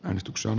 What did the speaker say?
äänestyksen